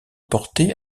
portés